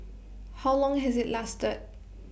how long has IT lasted